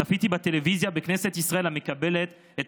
צפיתי בטלוויזיה בכנסת ישראל מקבלת את